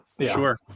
Sure